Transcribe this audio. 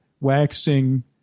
waxing